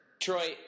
Troy